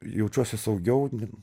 jaučiuosi saugiau